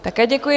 Také děkuji.